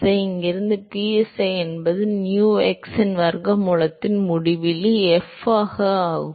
எனவே இங்கிருந்து psi என்பது nu x இன் வர்க்க மூலத்தில் முடிவிலி f ஆக முடிவிலி ஆகும்